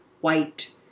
White